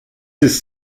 ist